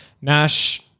Nash